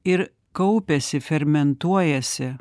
ir kaupiasi fermentuojasi